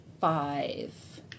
five